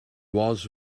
was